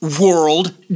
world